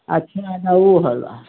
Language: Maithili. आ चारि आना ओ होलो